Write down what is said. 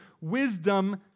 wisdom